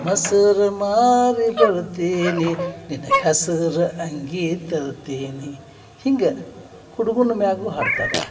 ಮೊಸರು ಮಾರಿ ಬರ್ತೀನಿ ನಿನಗೆ ಹಸುರು ಅಂಗಿ ತರ್ತೀನಿ ಹಿಂಗೆ ಹುಡುಗನ ಮ್ಯಾಲೂ ಹಾಡ್ತಾರೆ